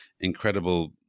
incredible